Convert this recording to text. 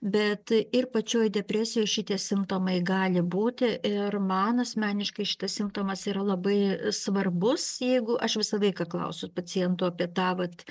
bet ir pačioj depresijoj šitie simptomai gali būti ir man asmeniškai šitas simptomas yra labai svarbus jeigu aš visą laiką klausiu pacientų apie tą vat